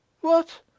What